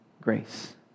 grace